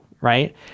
right